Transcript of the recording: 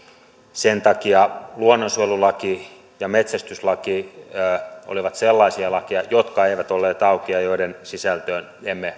sen takia luonnonsuojelulaki ja metsästyslaki olivat sellaisia lakeja jotka eivät olleet auki ja joiden sisältöön emme